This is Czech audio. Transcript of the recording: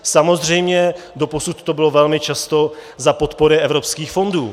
Samozřejmě doposud to bylo velmi často za podpory evropských fondů.